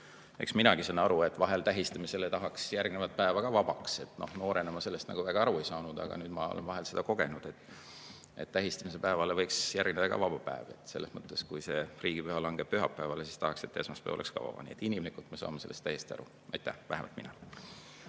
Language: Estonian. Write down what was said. minagi saan aru, et vahel tahaks tähistamisele järgnevat päeva ka vabaks. Noorena ma sellest väga aru ei saanud, aga nüüd ma olen vahel seda kogenud, et tähistamise päevale võiks järgneda ka vaba päev. Selles mõttes, et kui riigipüha langeb pühapäevale, siis tahaksin, et esmaspäev oleks ka vaba. Nii et inimlikult me saame sellest täiesti aru. Vähemalt mina